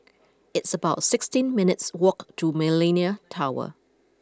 it's about sixteen minutes' walk to Millenia Tower